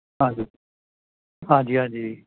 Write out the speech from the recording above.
ਹਾਂਜੀ ਹਾਂਜੀ ਹਾਂਜੀ